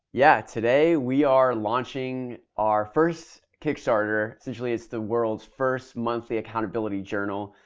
yeah, today we are launching our first kickstarter, essentially it's the world's first monthly accountability journal.